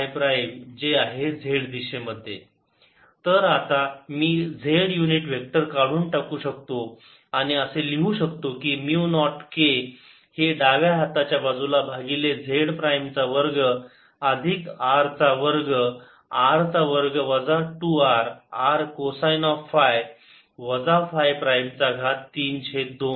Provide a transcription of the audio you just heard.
s zcos ϕ s z 0k 0k4π ∞dz02πRdR rcosϕ z2R2r2 2rRcosϕ 32 4πR rR 0 rR तर आता मी z unit vector काढून टाकू शकतो आणि असे लिहितो की म्यु नॉट k हे डाव्या हाताच्या बाजूला भागिले z प्राईम चा वर्ग अधिक R चा वर्ग r चा वर्ग वजा 2 R r cosine of phi वजा फाय प्राईम चा घात 3 छेद 2